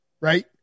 right